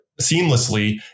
seamlessly